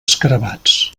escarabats